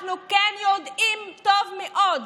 אנחנו כן יודעים טוב מאוד